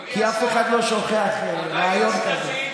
כי אף אחד לא שוכח ריאיון כזה.